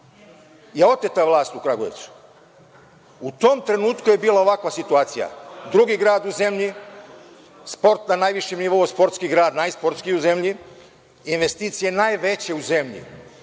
je oteta vlast u Kragujevcu. U tom trenutku je bila ovakva situacija. Drugi grad u zemlji, sport na najvišem nivou, najsportskiji u zemlji, investicije najveće u zemlji,